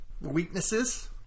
weaknesses